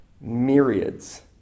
myriads